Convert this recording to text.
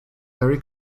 very